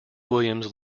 williams